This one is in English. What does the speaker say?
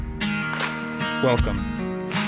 Welcome